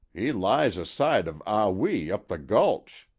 he lies aside of ah wee up the gulch.